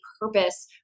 purpose